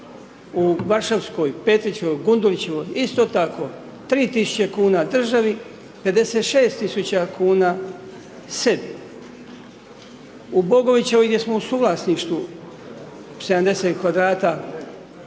u Varšavskoj, Petrićevoj, Gundulićevoj, isto tako, 3.000,00 kn državi, 56.000,00 kn sebi. U Bogovićevoj, gdje smo u suvlasništvu 70m2, onaj